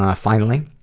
ah finally,